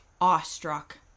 awestruck